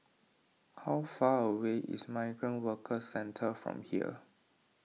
how far away is Migrant Workers Centre from here